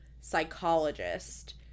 psychologist